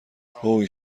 هوووی